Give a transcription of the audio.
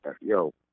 Yo